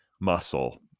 muscle